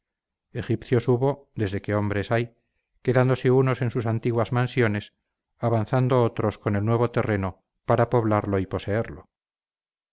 egipcios hubo desde que hombres hay quedándose unos en sus antiguas mansiones avanzando otros con el nuevo terreno para poblarlo y poseerlo